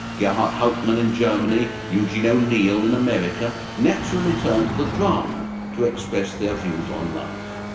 gerhart hauptman in germany, eugene o'neill in america, naturally turned to the drama to express their views on life.